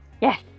Yes